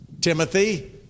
Timothy